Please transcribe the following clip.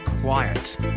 quiet